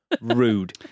rude